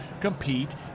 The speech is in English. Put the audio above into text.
compete